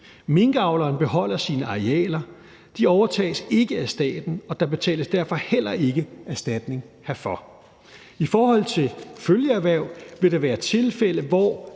Minkavleren beholder sine arealer. De overtages ikke af staten, og der betales derfor heller ikke erstatning herfor. I forhold til følgeerhverv vil der være tilfælde, hvor